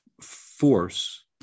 force